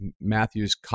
Matthews